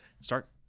start